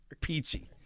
peachy